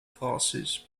classes